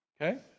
Okay